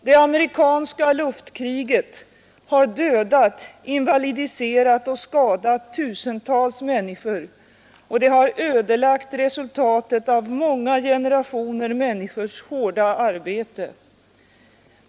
Det amerikanska luftkriget har dödat, invalidiserat och skadat tusentals människor och ödelagt resultatet av många generationer människors hårda arbete.